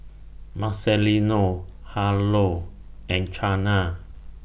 Marcelino Harlow and Chana